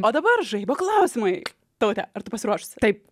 o dabar žaibo klausimai taute ar tu pasiruošus taip